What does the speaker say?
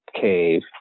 cave